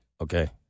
okay